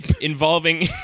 involving